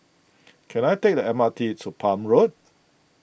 can I take the M R T to Palm Road